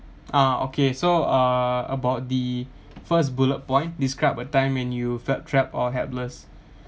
ah okay so uh about the first bullet point describe a time when you felt trap or helpless